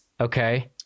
Okay